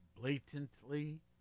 blatantly